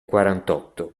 quarantotto